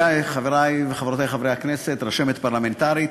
חברי וחברותי חברי הכנסת, רשמת פרלמנטרית,